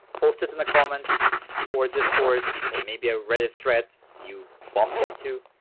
post it in the comments or discords or maybe a reddit threat you bumped into.